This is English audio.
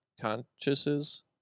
consciousnesses